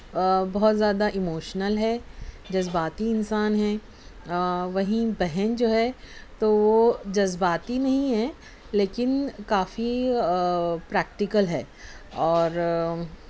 بہت زیادہ ایموشنل ہے جذباتی انسان ہیں وہیں بہن جو ہے تو وہ جذباتی نہیں ہے لیکن کافی پریکٹیکل ہے اور